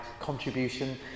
contribution